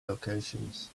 locations